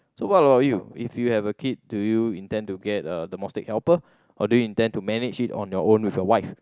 so what about you if you have a kid do you intend to get a domestic helper or do you intend to manage it on your own with your wife